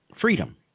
Freedom